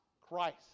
Christ